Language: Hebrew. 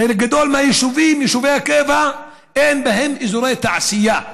חלק גדול מיישובי הקבע, אין בהם אזורי תעשייה.